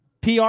PR